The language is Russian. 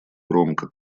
громко